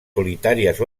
solitàries